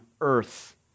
earth